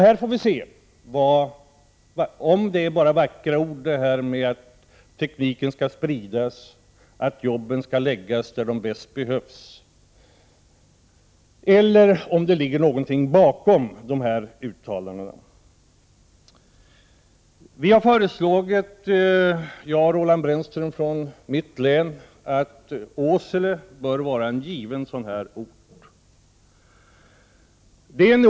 Här får vi se om det bara är vackra ord när man säger att tekniken skall spridas, att jobben skall förläggas där de bäst behövs, eller om det ligger någonting bakom dessa uttalanden. Vi har föreslagit — jag och Roland Brännström från mitt län — att Åsele skall vara en sådan här ort.